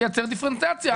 תייצר דיפרנציאציה.